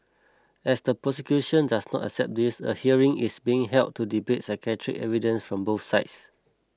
as the prosecution does not accept this a hearing is being held to debate psychiatric evidence from both sides